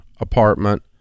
apartment